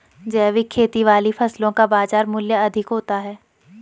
जैविक खेती वाली फसलों का बाजार मूल्य अधिक होता है